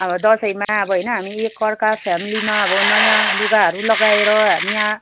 अब दसैँमा अब होइन हामी एकअर्का फ्यामिलीमा अब नयाँ लुगाहरू लगाएर हामी यहाँ